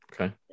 Okay